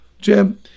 jim